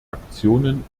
aktionen